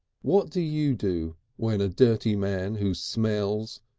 what do you do when a dirty man who smells,